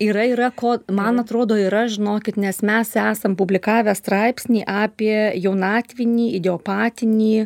yra yra ko man atrodo yra žinokit nes mes esam publikavę straipsnį apie jaunatvinį idiopatinį